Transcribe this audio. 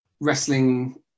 wrestling